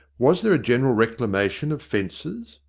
was there a general reclamation of fences?